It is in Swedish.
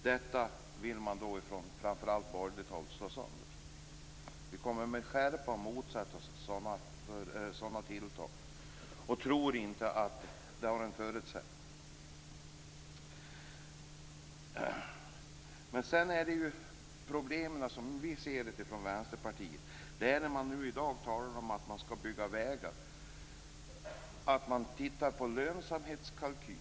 Detta vill man framför allt från borgerligt håll slå sönder. Vi kommer med skärpa att motsätta oss sådana tilltag och tror inte att de har några förutsättningar. Man talar i dag om att man skall bygga vägar. Då måste man också titta på lönsamhetskalkyler.